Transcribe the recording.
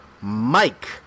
Mike